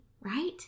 right